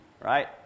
right